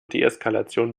deeskalation